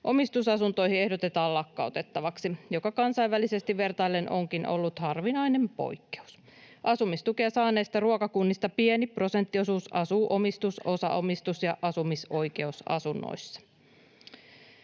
omistusasuntoihin ehdotetaan lakkautettavaksi, ja kansainvälisesti vertaillen se onkin ollut harvinainen poikkeus. Asumistukea saaneista ruokakunnista pieni prosenttiosuus asuu omistus-, osaomistus- ja asumisoikeusasunnoissa.